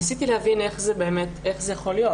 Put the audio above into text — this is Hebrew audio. ניסינו להבין איך זה יכול להיות.